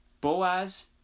Boaz